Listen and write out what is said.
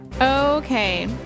Okay